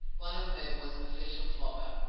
one of whom was official flogger,